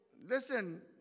listen